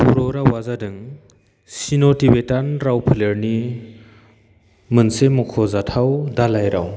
बर' रावा जादों चिन' टिबेटान राव फोलेरनि मोनसे मख'जाथाव दालाइ राव